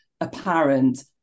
apparent